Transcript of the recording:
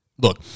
look